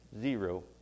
Zero